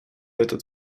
этот